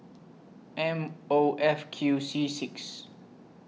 M O F Q C six